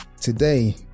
today